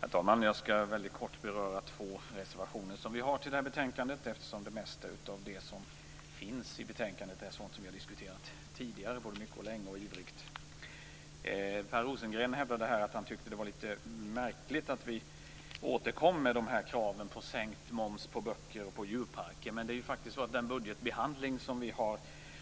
Herr talman! Jag skall helt kort beröra två reservationer från oss i Miljöpartiet som finns fogade till betänkandet. Det mesta av det som sägs i betänkandet är ju sådant som vi tidigare diskuterat såväl mycket och länge som ivrigt. Per Rosengren tycker att det är litet märkligt att vi återkommer med kraven på sänkt moms på böcker och djurparker. Men den budgetbehandling som vi har